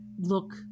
look